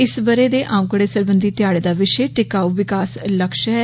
इस ब'रे दे आंकड़े सरबंधी ध्याड़े दा विषे टिकाऊ विकास लक्ष्य ऐ